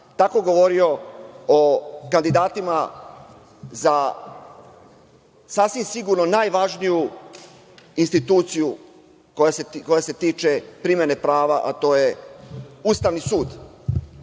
tako govorio o kandidatima za sasvim sigurno najvažniju instituciju koja se tiče primene prava, a to je Ustavni sud,